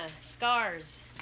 scars